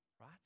right